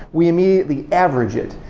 we immediately average it.